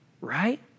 right